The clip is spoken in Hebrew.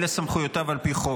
אלה סמכויותיו על פי חוק.